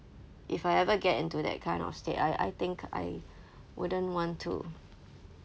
if I ever get into that kind of state I I think I wouldn't want to